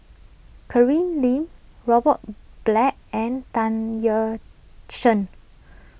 Lim Robert Black and Tan Yeok Seong